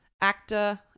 actor